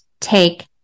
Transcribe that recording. take